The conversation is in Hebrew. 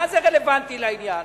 מה זה רלוונטי לעניין?